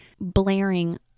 blaring